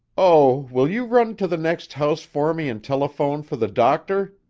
oh! will you run to the next house for me and telephone for the doctor?